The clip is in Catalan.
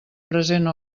present